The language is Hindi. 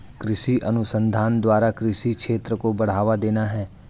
कृषि अनुसंधान द्वारा कृषि क्षेत्र को बढ़ावा देना है